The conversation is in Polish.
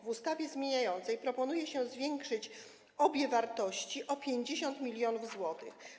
W ustawie zmieniającej proponuje się zwiększyć obie wartości o 50 mln zł.